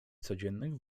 codziennych